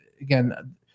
again